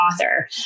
author